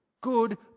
good